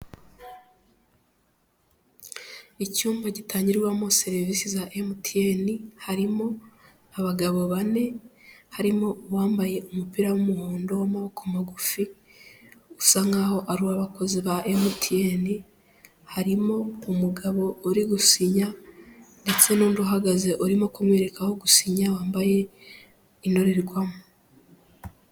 Icyumba gitangirwamo serivisi za Emutiyeni harimo, abagabo bane harimo uwambaye umupira w'umuhondo w'amaboko magufi usa nkaho ari uwabakozi ba Emutiyeni, harimo umugabo uri gusinya ndetse n'undi uhagaze urimo kumwereka aho gusinya wambaye indorerwamo.